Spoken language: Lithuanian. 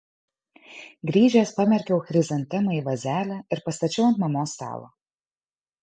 grįžęs pamerkiau chrizantemą į vazelę ir pastačiau ant mamos stalo